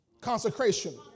Consecration